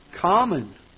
Common